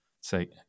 say